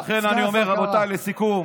סגן השר קארה, די.